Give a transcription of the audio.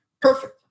Perfect